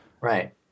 Right